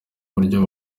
buryo